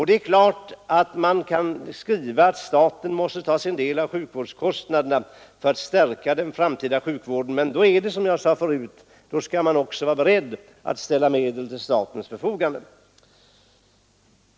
Det är klart att man kan skriva att staten skall ta sin del av sjukvårdskostnaderna för att stärka den framtida sjukvården, men då skall man — som jag sade förut — också vara beredd att ställa medel till statens förfogande.